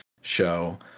show